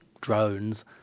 drones